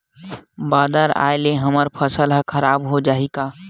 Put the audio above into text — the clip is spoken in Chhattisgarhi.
बादर आय ले हमर फसल ह खराब हो जाहि का?